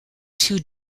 two